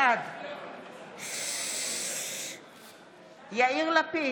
בעד יאיר לפיד,